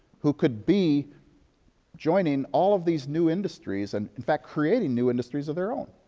who could be joining all of these new industries and, in fact, creating new industries of their own.